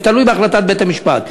זה תלוי בהחלטת בית-המשפט.